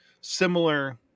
similar